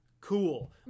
Cool